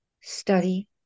study